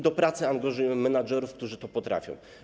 Do pracy angażujemy menedżerów, którzy to potrafią.